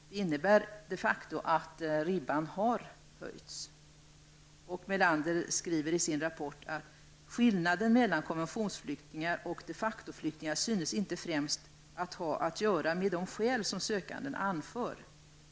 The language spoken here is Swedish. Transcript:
Det innebär de facto att ribban har höjts. Melander skriver i sin rapport följande: ''Skillnaden mellan konventionflyktingar och de facto-flyktingar synes inte främst ha att göra med de skäl som sökanden anför.